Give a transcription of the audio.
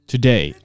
Today